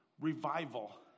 revival